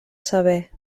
saber